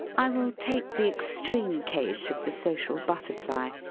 i will take the extreme case of the social butter fly,